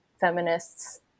feminists